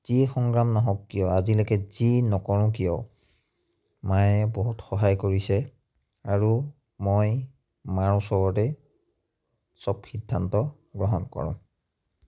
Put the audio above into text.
যি সংগ্ৰাম নহওক কিয় আজিলৈকে যি নকৰোঁ কিয় মায়ে বহুত সহায় কৰিছে আৰু মই মাৰ ওচৰতেই চব সিদ্ধান্ত গ্ৰহণ কৰোঁ